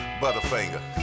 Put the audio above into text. butterfinger